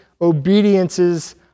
obediences